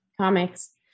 Comics